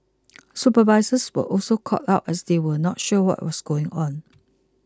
supervisors were also caught out as they were not sure what was going on